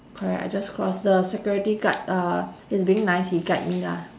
correct I just cross the security guard uh he's being nice he guide me lah